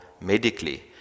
medically